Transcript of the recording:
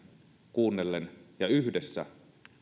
kuunnellen ja yhdessä